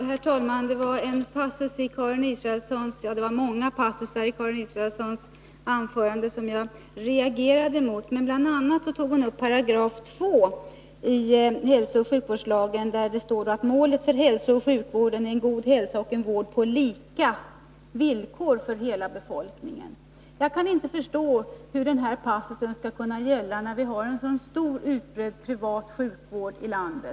Herr talman! Jag reagerade mot mycket av det som Karin Israelsson sade i sitt anförande, men i en passus framhöll hon vad som uttalades i 2 § hälsooch sjukvårdslagen, dvs. att målet för hälsooch sjukvården är en god hälsa och en vård på lika villkor för hela befolkningen. Jag kan inte förstå hur det målet skall kunna uppfyllas när vi har en så utbredd privat sjukvård i landet.